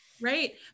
Right